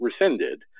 rescinded